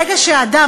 ברגע שאדם,